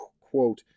quote